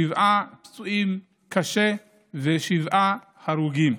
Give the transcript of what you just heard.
שבעה פצועים קשה ושבעה הרוגים.